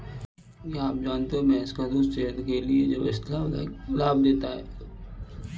क्या आप जानते है भैंस का दूध सेहत के लिए जबरदस्त लाभ देता है?